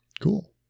Cool